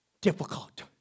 difficult